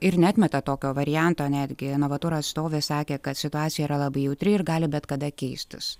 ir neatmeta tokio varianto netgi novaturo atstovė sakė kad situacija yra labai jautri ir gali bet kada keistis